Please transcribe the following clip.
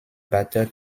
batteur